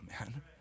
man